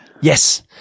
Yes